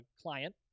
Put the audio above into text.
client